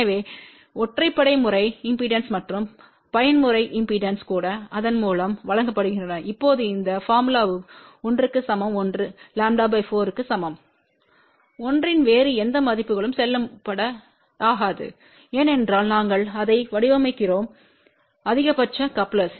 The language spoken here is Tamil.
எனவே ஒற்றைப்படை முறை இம்பெடன்ஸ் மற்றும் பயன்முறை இம்பெடன்ஸ்கள் கூட இதன் மூலம் வழங்கப்படுகின்றன இப்போது இந்த போர்முலாம் l க்கு சமம் l 4 க்கு சமம் l இன் வேறு எந்த மதிப்புக்கும் செல்லுபடியாகாது ஏனென்றால் நாங்கள் அதை வடிவமைத்திருந்தோம் அதிகபட்ச கப்லெர்ஸ்